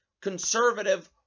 conservative